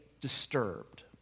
disturbed